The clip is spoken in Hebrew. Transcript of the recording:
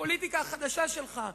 בפוליטיקה החדשה שלך,